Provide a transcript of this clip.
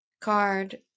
card